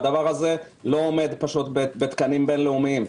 זה לא עומד בתקנים בין-לאומיים.